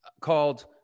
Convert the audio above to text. called